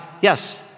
Yes